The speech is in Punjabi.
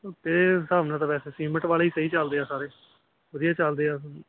ਅਤੇ ਇਸ ਹਿਸਾਬ ਨਾਲ ਤਾਂ ਵੈਸੇ ਸੀਮਿਟ ਵਾਲੇ ਹੀ ਸਹੀ ਚਲਦੇ ਆ ਸਾਰੇ ਵਧੀਆ ਚਲਦੇ ਆ ਉਹੀ